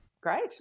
Great